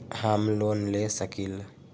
हम लोन ले सकील?